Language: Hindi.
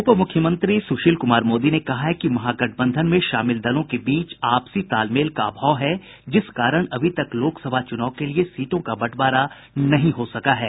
उपमुख्यमंत्री सुशील कुमार मोदी ने कहा है कि महागठबंधन में शामिल दलों के बीच आपसी तालमेल का अभाव है जिस कारण अभी तक लोकसभा चुनाव के लिए सीटों का बंटवारा नहीं हो सका है